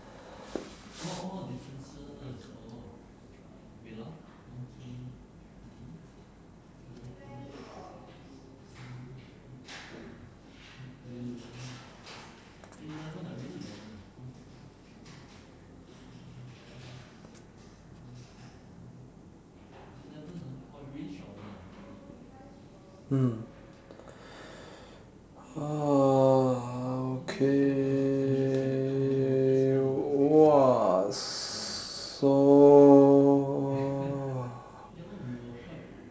uhh okay !wah! so